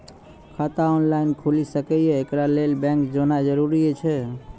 खाता ऑनलाइन खूलि सकै यै? एकरा लेल बैंक जेनाय जरूरी एछि?